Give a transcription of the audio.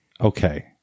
Okay